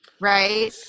right